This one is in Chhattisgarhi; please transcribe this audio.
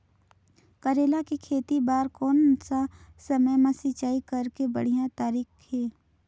करेला के खेती बार कोन सा समय मां सिंचाई करे के बढ़िया तारीक हे?